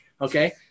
Okay